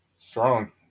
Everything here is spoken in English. Strong